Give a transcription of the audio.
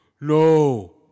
No